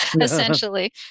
essentially